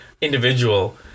individual